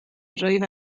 rwyf